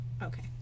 Okay